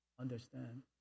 understand